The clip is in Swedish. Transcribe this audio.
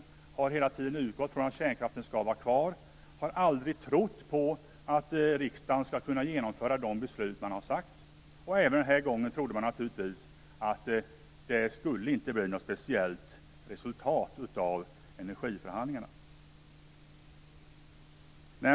Man har hela tiden utgått från att kärnkraften skall vara kvar. Man har aldrig trott på att riksdagen skall kunna genomföra de beslut den har talat om. Även denna gång trodde man att det inte skulle bli något speciellt resultat av energiförhandlingarna.